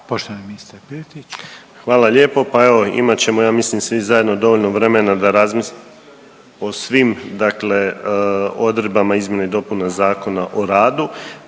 Marin (HDZ)** Hvala lijepo. Pa evo imat ćemo ja mislim svi zajedno dovoljno vremena da razmislimo o svim dakle odredbama izmjena i dopuna Zakona o radu,